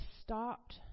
stopped